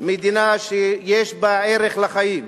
מדינה שיש בה ערך לחיים,